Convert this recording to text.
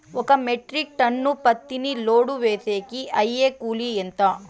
ఒక metric ton పత్తిని load వేసేకి అయ్యే కూలి ఎంత?